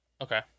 Okay